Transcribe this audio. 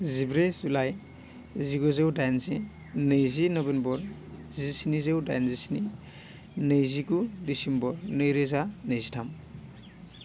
जिब्रै जुलाइ जिगुजौ दाइनजि नैजि नभेम्बर जिस्निजौ दाइनस्नि नैजिगु डिसिम्बर नैरोजा नैजिथाम